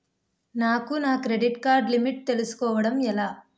నాకు నా credit card limit తెలుసుకోవడం ఎలా?